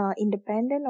Independent